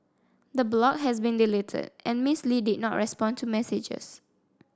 the blog has been deleted and Miss Lee did not respond to messages